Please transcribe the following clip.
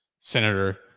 senator